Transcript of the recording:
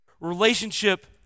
Relationship